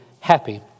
happy